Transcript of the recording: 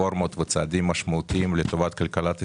רפורמות וצעדים משמעותיים לטובת כלכלת ישראל,